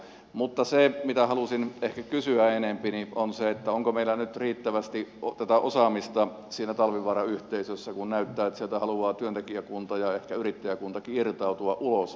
mutta se mitä halusin ehkä kysyä enempi on se onko meillä nyt riittävästi tätä osaamista siinä talvivaara yhteisössä kun näyttää että sieltä haluaa työntekijäkunta ja ehkä yrittäjäkuntakin irtautua ulos